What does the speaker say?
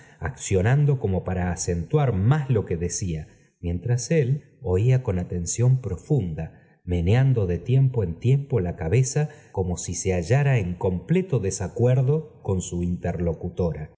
accionando como n t nr r t b quc decía mientra i oía con atención profunda meneando de tiempo en empo la cabeza como si se hallara en completo desacuerdo con su interlocutora